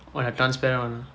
!wah! the transparent one ah